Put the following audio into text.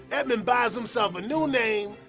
edmond buys himself a new name,